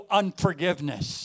unforgiveness，